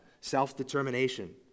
self-determination